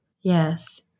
Yes